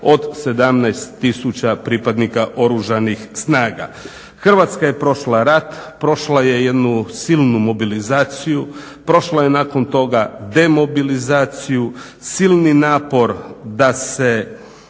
od 17 tisuća pripadnika Oružanih snaga. Hrvatska je prošla rat, prošla je jednu silnu mobilizaciju, prošla je nakon toga demobilizaciju. Silni napor da se